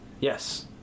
Yes